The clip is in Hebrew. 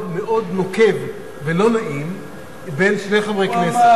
מאוד נוקב ולא נעים בין שני חברי כנסת.